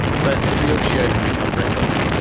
but triulcio had become reckless.